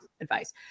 advice